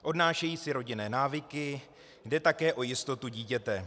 Odnášejí si rodinné návyky, jde také o jistotu dítěte.